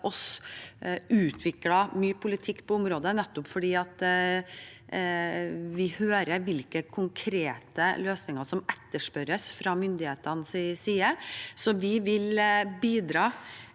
oss, utviklet mye politikk på området, nettopp fordi vi hører hvilke konkrete løsninger som etterspørres fra myndighetenes side. Vi vil bidra